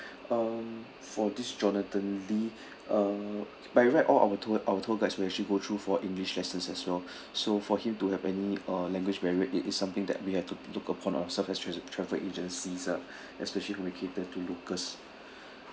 um for this jonathan lee uh by right all our tour our tour guides will actually go through for english lessons as well so for him to have any uh language barrier it is something that we have to look upon ourself as tra~ travel agencies ah especially when we cater to locals